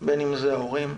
בין אם זה ההורים,